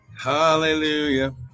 Hallelujah